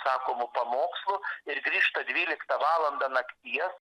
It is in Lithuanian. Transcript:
sakomų pamokslų ir grįžta dvyliktą valandą nakties